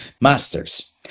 masters